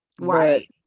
Right